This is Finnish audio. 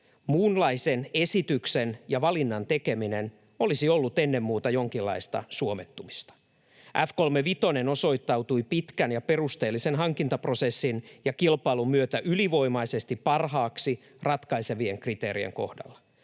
Muunlaisen esityksen ja valinnan tekeminen olisi ollut ennen muuta jonkinlaista suomettumista. F-35 osoittautui pitkän ja perusteellisen hankintaprosessin ja kilpailun myötä ylivoimaisesti parhaaksi ratkaisevien kriteerien kohdalla.